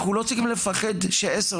אנחנו לא צריכים לפחד ש-10%,